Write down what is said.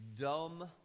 dumb